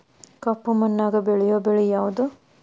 ಕಪ್ಪು ಮಣ್ಣಾಗ ಬೆಳೆಯೋ ಬೆಳಿ ಯಾವುದು?